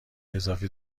اضافی